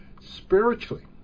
spiritually